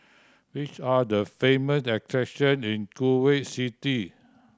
which are the famous attraction in Kuwait City